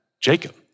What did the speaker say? Jacob